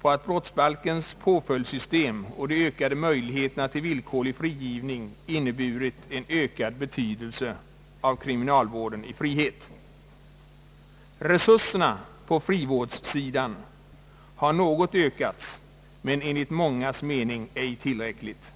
på att brottsbalkens påföljdssystem och de ökade möjligheterna till villkorlig frigivning inneburit en ökad betydelse av kriminalvården i frihet. Resurserna på frivårdssidan har något ökats men enligt mångas mening ej tillräckligt.